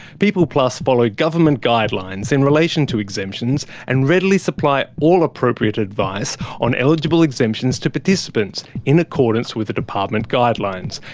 peopleplus follow government guidelines in relation to exemptions and readily supply all appropriate advice on eligible exemptions to participants in accordance with the department guidelines.